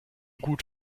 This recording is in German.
gut